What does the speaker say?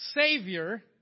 savior